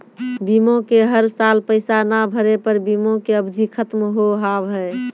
बीमा के हर साल पैसा ना भरे पर बीमा के अवधि खत्म हो हाव हाय?